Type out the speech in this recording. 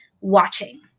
watching